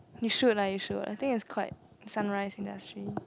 you should lah you should I think it's quite sunrise industry